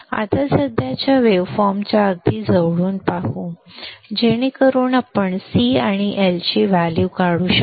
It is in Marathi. आता सध्याच्या वेव्ह फॉर्मच्या अगदी जवळून पाहू जेणेकरून आपण C आणि L ची व्हॅल्यू काढू शकू